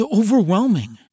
overwhelming